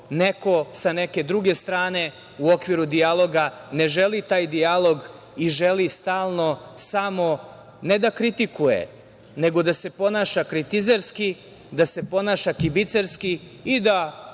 neko sa neke druge strane u okviru dijaloga ne želi taj dijalog i želi stalno samo ne da kritikuje, nego da se ponaša kritizerski, da se ponaša kibicerski i da